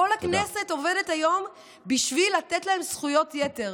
כל הכנסת עובדת היום בשביל לתת להם זכויות יתר.